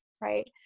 right